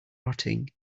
rotting